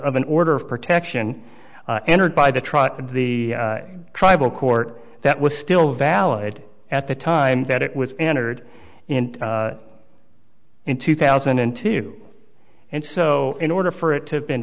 of an order of protection entered by the trial of the tribal court that was still valid at the time that it was entered in in two thousand and two and so in order for it to have been